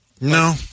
No